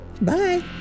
Bye